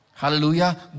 Hallelujah